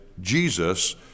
Jesus